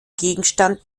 gegenstand